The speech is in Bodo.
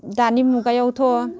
दानि मुगायावथ'